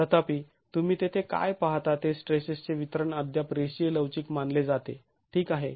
तथापि तुम्ही येथे काय पाहता ते स्ट्रेसेसचे वितरण अद्याप रेषीय लवचिक मानले जाते ठीक आहे